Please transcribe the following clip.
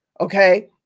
okay